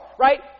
right